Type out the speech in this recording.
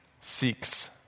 seeks